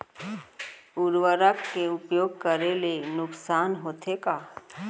उर्वरक के उपयोग करे ले नुकसान होथे का?